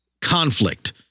conflict